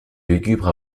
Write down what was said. lugubre